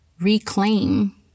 reclaim